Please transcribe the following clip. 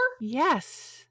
Yes